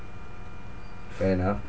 fair enough